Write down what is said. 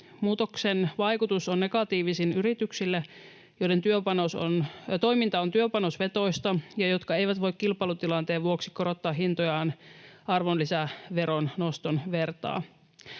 Muutoksen vaikutus on negatiivisin yrityksille, joiden toiminta on työpanosvetoista ja jotka eivät voi kilpailutilanteen vuoksi korottaa hintojaan arvonlisäveron noston vertaa.